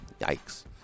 Yikes